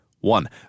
one